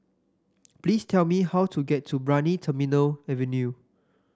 please tell me how to get to Brani Terminal Avenue